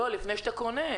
לא, לפני שאתה קונה.